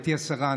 גברתי השרה,